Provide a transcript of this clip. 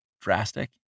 drastic